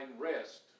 rest